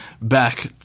back